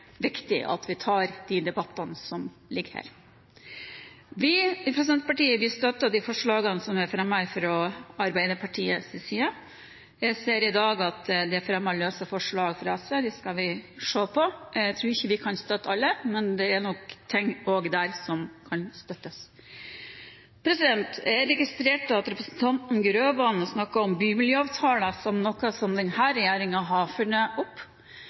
viktig at vi tar de debattene som ligger her. Vi fra Senterpartiet støtter de forslagene som er fremmet fra Arbeiderpartiets side. Jeg ser i dag at det er fremmet løse forslag fra SV. Dem skal vi se på. Jeg tror ikke vi kan støtte alle, men det er nok ting der også som kan støttes. Jeg registrerte at representanten Hans Fredrik Grøvan snakket om bymiljøavtalene som noe som denne regjeringen har funnet opp.